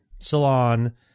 Salon